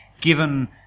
given